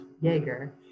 Jaeger